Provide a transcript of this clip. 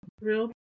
Real